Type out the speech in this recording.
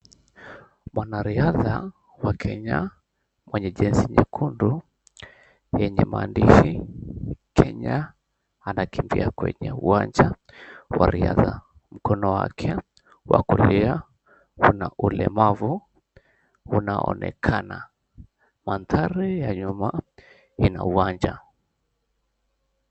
Mwanariadha wa Kenya mwenye jezi nyekundu yenye maandishi Kenya anakimbia kwenye uwanja wa riadha mkono wake wa kulia una ulemavu unaoonekana, mandhari ya nyuma ina uwanja.